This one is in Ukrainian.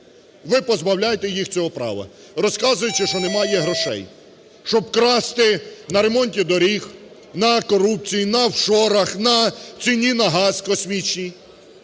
Ви позбавляєте їх цього права, розказуючи, що немає грошей. Щоб красти на ремонті доріг, на корупції, на офшорах, на ціні на газ космічній,